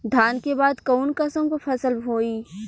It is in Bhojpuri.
धान के बाद कऊन कसमक फसल होई?